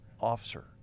officer